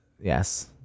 Yes